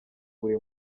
buri